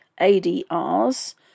ADRs